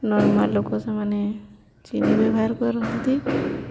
normal ଲୋକ ସେମାନେ ଚିନି ବ୍ୟବହାର କରନ୍ତି